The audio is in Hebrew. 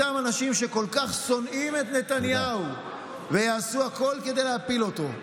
אותם אנשים שכל כך שונאים את נתניהו ויעשו הכול כדי להפיל אותו.